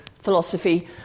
philosophy